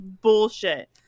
bullshit